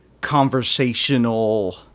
conversational